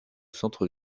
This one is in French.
centre